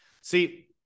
See